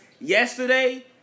yesterday